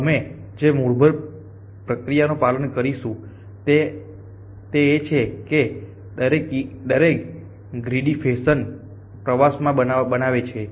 અમે જે મૂળભૂત પ્રક્રિયાનું પાલન કરીશું તે એ છે કે દરેક કીડી ગ્રીડી ફેશનમાં પ્રવાસ બનાવે છે